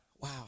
wow